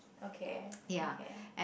okay okay